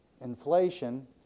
inflation